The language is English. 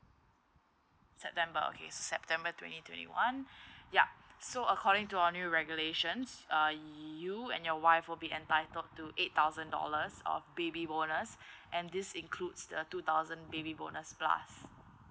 september okay september twenty twenty one yup so according to our new regulations uh you and your wife will be entitled to eight thousand dollars of baby bonus and this includes the two thousand baby bonus plus